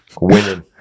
Winning